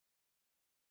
okay okay wait wait wait